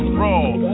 roll